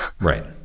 Right